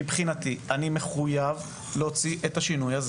מבחינתי אני מחויב להוציא את השינוי הזה